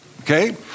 Okay